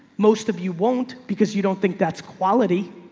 most of you won't because you don't think that's quality.